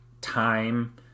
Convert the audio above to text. time